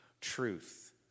truth